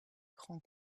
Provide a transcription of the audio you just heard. grands